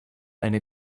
eine